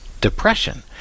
depression